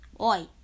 Oi